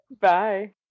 Bye